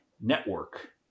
network